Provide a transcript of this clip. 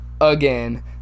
again